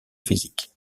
physique